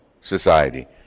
society